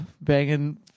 banging